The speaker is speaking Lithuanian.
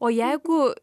o jeigu